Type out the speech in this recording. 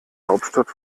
hauptstadt